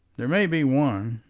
there may be one.